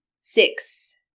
Six